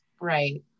Right